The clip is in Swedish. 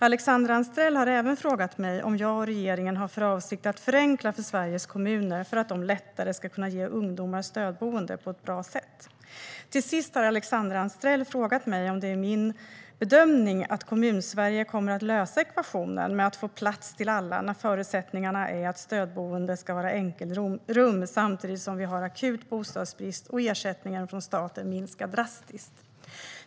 Alexandra Anstrell har även frågat mig om jag och regeringen har för avsikt att förenkla för Sveriges kommuner för att de lättare ska kunna ge ungdomar stödboende på ett bra sätt. Till sist har Alexandra Anstrell frågat mig om det är min bedömning att Kommunsverige kommer att lösa ekvationen med att få plats till alla när förutsättningarna är att stödboende ska vara enkelrum samtidigt som vi har akut bostadsbrist och ersättningen från staten minskar drastiskt.